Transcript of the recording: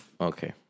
Okay